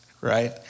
right